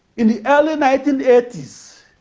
in the early nineteen eighty s,